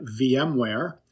VMware